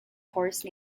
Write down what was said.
horse